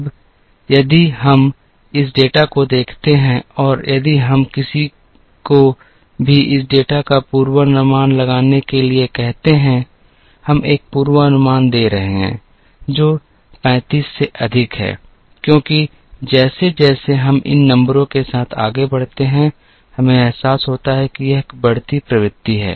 अब यदि हम इस डेटा को देखते हैं और यदि हम किसी को भी इस डेटा का पूर्वानुमान लगाने के लिए कहते हैं हम एक पूर्वानुमान दे रहे हैं जो 35 से अधिक है क्योंकि जैसे जैसे हम इन नंबरों के साथ आगे बढ़ते हैं हमें एहसास होता है कि एक बढ़ती प्रवृत्ति है